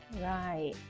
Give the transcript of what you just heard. Right